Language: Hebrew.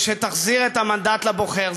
ושתחזיר את המנדט לבוחר.